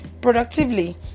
productively